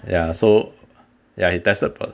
ya so ya he tested po~